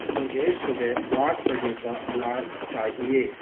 मुझे सुबह आठ बजे का अलार्म चाहिए